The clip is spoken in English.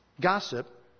Gossip